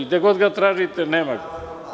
Gde god ga tražite nema ga.